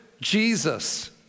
Jesus